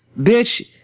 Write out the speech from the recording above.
Bitch